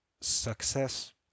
success